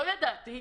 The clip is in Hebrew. לא ידעתי,